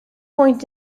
point